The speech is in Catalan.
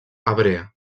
hebrea